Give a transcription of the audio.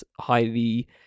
highly